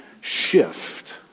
shift